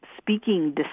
speaking